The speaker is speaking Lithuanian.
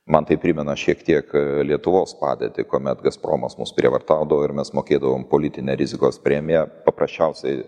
man tai primena šiek tiek lietuvos padėtį kuomet gazpromas mus prievartaudavo ir mes mokėdavom politinę rizikos premiją paprasčiausiai